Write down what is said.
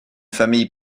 famille